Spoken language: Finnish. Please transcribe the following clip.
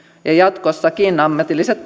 jatkossakin ammatilliset